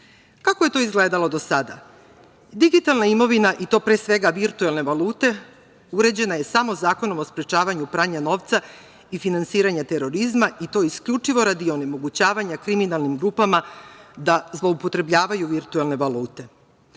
je to izgledalo do sada? Digitalna imovina, i to pre svega virtuelne valute, uređena je samo Zakonom o sprečavanju pranja novca i finansiranju terorizma i to isključivo radi onemogućavanja kriminalnim grupama da zloupotrebljavaju virtuelne valute.